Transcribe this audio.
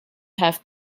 have